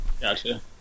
Gotcha